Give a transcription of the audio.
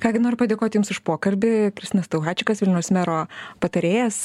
ką gi noriu padėkoti jums už pokalbį kristinas taukhačikas vilniaus mero patarėjas